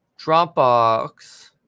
Dropbox